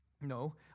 no